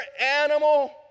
animal